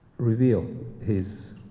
reveals his